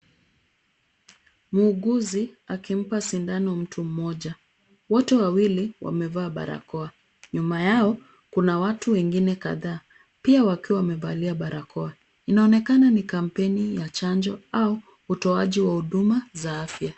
Muuguzi akimpa sindano mtu mmoja. Wote wawili wamevaa barakoa. Nyuma yao kuna watu wengine kadhaa, pia wakiwa wamevalia barakoa. Inaonekana ni kampeni ya chanjo au utoaji wa huduma za afya.